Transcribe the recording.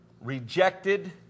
rejected